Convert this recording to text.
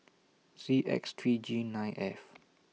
C X three G nine F